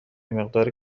مقدار